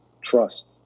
trust